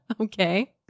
Okay